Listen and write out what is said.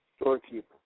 storekeeper